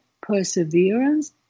perseverance